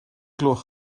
gloch